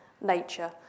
nature